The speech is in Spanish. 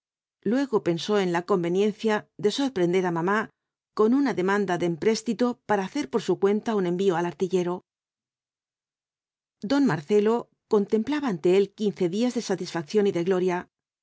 luego pensó en la conveniencia de sorprender á mamá con una demanda de empréstito para hacer por su cuenta un envío al artillero don marcelo contemplaba ante él quince días de satisfacción y de gloria